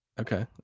okay